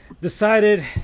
decided